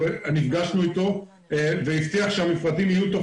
נפגשנו איתו והוא הבטיח שהמפרטים יהיו תוך